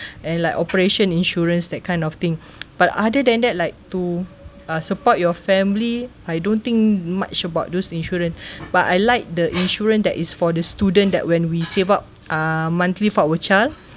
and like operation insurance that kind of thing but other than that like to uh support your family I don't think much about those insurance but I like the insurance that is for the student that when we save up uh monthly for our child